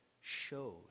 shows